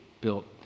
built